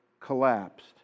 collapsed